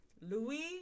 louis